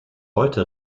heute